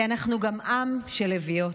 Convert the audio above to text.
כי אנחנו גם עם של לביאות,